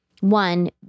one